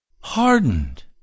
hardened